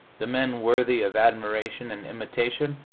the men worthy of admiration and imitation,